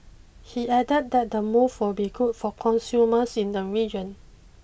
he added that the move will be good for consumers in the region